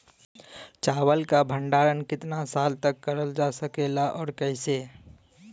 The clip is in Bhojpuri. चावल क भण्डारण कितना साल तक करल जा सकेला और कइसे?